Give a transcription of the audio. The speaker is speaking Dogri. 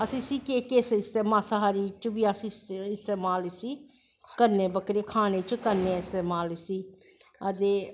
कि मास्सा हारी की अस इस्तेमाल इसी करनें खानें च इस्तेमाल करनें इसी ते